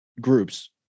groups